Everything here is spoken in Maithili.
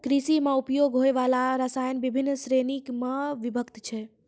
कृषि म उपयोग होय वाला रसायन बिभिन्न श्रेणी म विभक्त छै